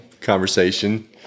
conversation